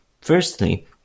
Firstly